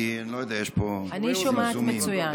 כי אני לא יודע, יש פה זמזומים, לא שומעים טוב.